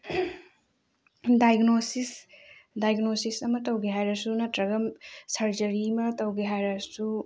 diagnosis diagnosis ꯑꯃ ꯇꯧꯒꯦ ꯍꯥꯏꯔꯁꯨ ꯅꯠꯇ꯭ꯔꯒ ꯁꯔꯖꯔꯤ ꯑꯃ ꯇꯧꯒꯦ ꯍꯥꯏꯔꯁꯨ